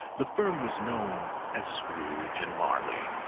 the firm was known as scrooge and marley.